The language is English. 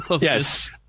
yes